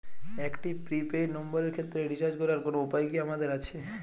একটি prepaid নম্বরের ক্ষেত্রে রিচার্জ করার কোনো উপায় কি আমাদের আছে?